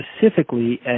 specifically